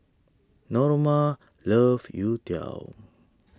Norma loves Youtiao